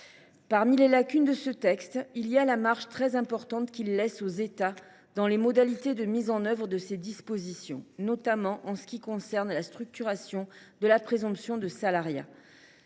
Parmi les lacunes de ce texte, je relève la marge très importante laissée aux États dans les modalités de mise en œuvre de ses dispositions, notamment en ce qui concerne la structuration de la présomption de salariat.